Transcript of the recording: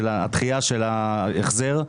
הדחייה של ההחזר.